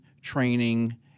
training